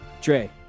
Dre